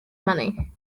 money